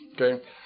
okay